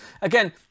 Again